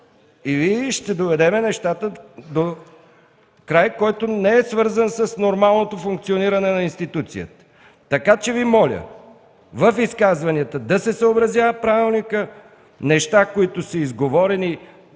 или ще доведем нещата до край, който не е свързан с нормалното функциониране на институцията. Така че Ви моля в изказванията да се съобразява Правилникът, неща, които са изговорени,